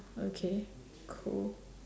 okay cool